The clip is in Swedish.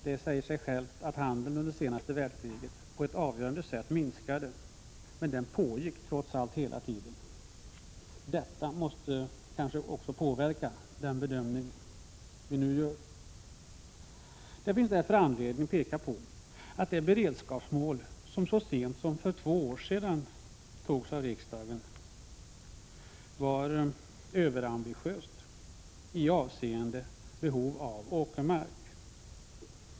Det säger sig självt att handeln under det senaste världskriget på ett avgörande sätt minskade, men den pågick trots allt hela tiden. Detta måste också påverka den bedömning vi nu gör. Det finns därför anledning att peka på att de beredskapsmål som så sent som för två år sedan antogs av riksdagen var överambitiösa med avseende på behovet av åkermark.